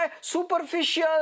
superficial